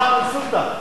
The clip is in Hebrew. (אומר בשפה הערבית: